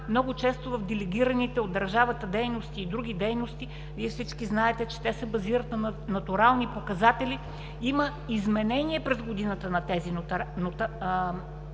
много често в делегираните от държавата дейности и други дейности, Вие всички знаете, че те се базират на натурални показатели, има изменение през годината на тези натурални